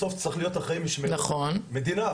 בסוף צריך להיות אחראי משמרת שהוא עובד מדינה,